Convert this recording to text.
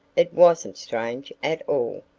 it wasn't strange at all'.